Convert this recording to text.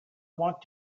want